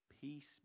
Peace